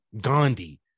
Gandhi